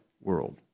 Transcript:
world